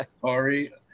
Sorry